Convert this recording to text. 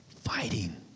Fighting